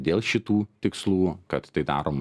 dėl šitų tikslų kad tai darom